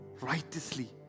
righteously